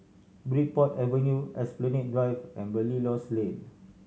Bridport Avenue Esplanade Drive and Belilios Lane